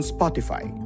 Spotify